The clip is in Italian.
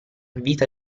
vita